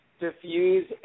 diffuse